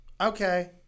Okay